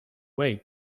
way